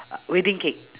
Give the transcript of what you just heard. wedding cake